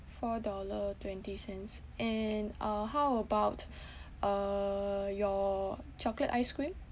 four dollar twenty cents and uh how about uh your chocolate ice cream